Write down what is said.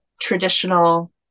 traditional